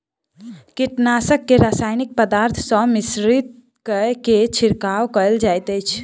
कीटनाशक के रासायनिक पदार्थ सॅ मिश्रित कय के छिड़काव कयल जाइत अछि